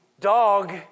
dog